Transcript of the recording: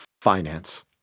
finance